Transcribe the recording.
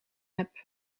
heb